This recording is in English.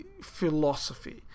philosophy